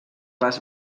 les